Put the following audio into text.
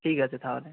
ঠিক আছে তাহলে